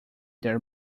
their